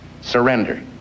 Surrender